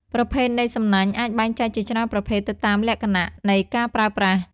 ប្រភេទនៃសំណាញ់អាចបែងចែកជាច្រើនប្រភេទទៅតាមលក្ខណៈនៃការប្រើប្រាស់